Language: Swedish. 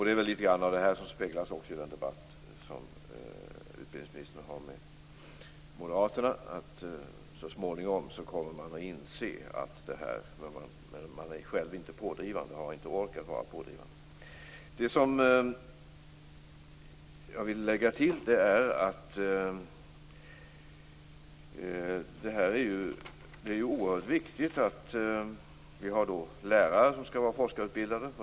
Det är väl litet grand av detta som speglas också i den debatt som utbildningsministern har med Moderaterna. Så småningom kommer man att inse detta, men man har själv inte ork att vara pådrivande. Jag vill lägga till att det är oerhört viktigt att vi har lärare som är forskarutbildade.